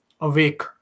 Awake